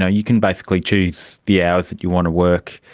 ah you can basically choose the hours that you want to work,